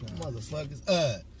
Motherfuckers